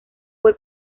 fue